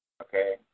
Okay